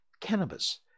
cannabis